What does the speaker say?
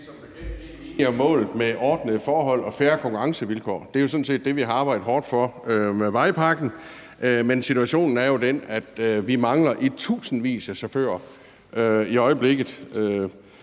om målet med ordnede forhold og fair konkurrencevilkår. Det er jo sådan set det, vi har arbejdet hårdt for med vejpakken. Men situationen er jo den, at vi mangler i tusindvis af chauffører i øjeblikket,